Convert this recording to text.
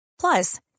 Plus